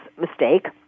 mistake